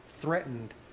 threatened